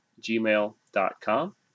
gmail.com